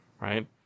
right